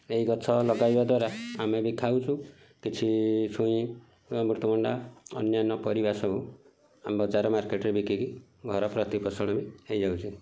ଏଇ ଗଛ ଲଗାଇବା ଦ୍ୱାରା ଆମେ ବି ଖାଉଛୁ କିଛି ଛୁଇଁ ଅମୃତଭଣ୍ଡା ଅନ୍ୟାନ୍ୟ ପରିବା ସବୁ ଆମେ ବଜାର ମାର୍କେଟରେ ବିକିକି ଘର ପ୍ରତିପୋଷଣ ବି ହେଇଯାଉଛି